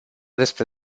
despre